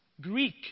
Greek